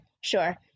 Sure